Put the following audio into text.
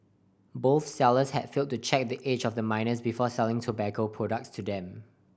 both sellers had failed to check the age of the minors before selling tobacco products to them